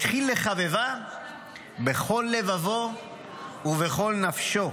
התחיל לחבבה בכל לבבו ובכל נפשו.